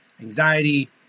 anxiety